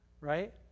Right